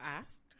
asked